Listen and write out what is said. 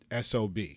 SOB